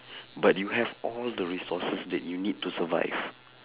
but you have all the resources that you need to survive